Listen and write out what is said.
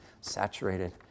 saturated